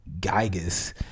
Gigas